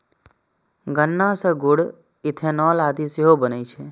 गन्ना सं गुड़, इथेनॉल आदि सेहो बनै छै